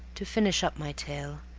to finish up my tale,